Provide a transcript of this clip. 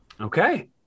okay